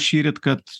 šįryt kad